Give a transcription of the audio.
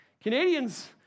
Canadians